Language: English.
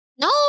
No